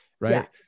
right